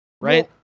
right